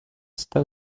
está